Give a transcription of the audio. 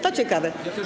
To ciekawe.